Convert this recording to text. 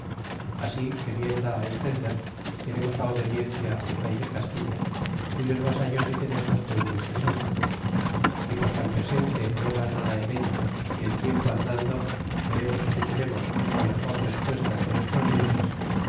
así que bien da entender que demos la obediencia al rey de castilla cuyos vasallos dicen estos tenles que son y porque al presente no va nada en ello y el tiempo andando veremos si tenemos otra mejor respuesta de nuestros dioses